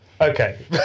Okay